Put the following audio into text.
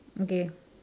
okay